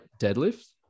deadlift